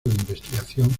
investigación